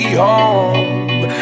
home